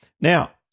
Now